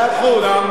מאה אחוז.